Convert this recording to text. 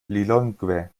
lilongwe